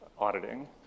Auditing